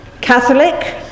Catholic